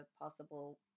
possible